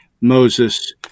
Moses